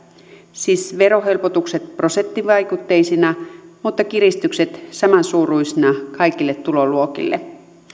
siis verohelpotukset prosenttivaikutteisina mutta kiristykset samansuuruisina kaikille tuloluokille